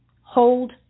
Hold